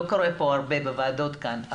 זה לא קורה הרבה בוועדות כאן,